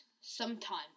sometime